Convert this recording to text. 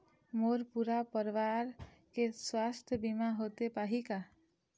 मोर पूरा परवार के सुवास्थ बीमा होथे पाही का?